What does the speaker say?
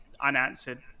unanswered